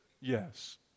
Yes